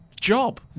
job